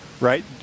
right